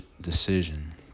decision